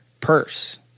purse